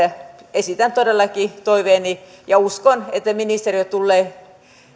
esitän todellakin toiveeni ja uskon että ministeriö tulee